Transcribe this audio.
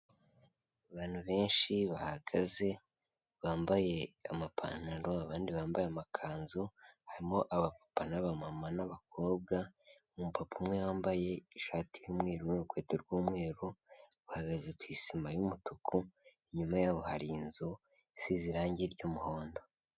Abantu benshi bahagaze bambaye amapantaro abandi bambaye amakanzu, harimo abapapa n'abamama n'abakobwa, umupapa umwe wambaye ishati y'umweru n'urukweto rw'umweru bahagaze ku isima y'umutuku, inyuma yabo hari inzu isize irangi ry'umuhondo.